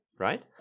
Right